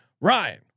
Ryan